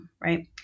right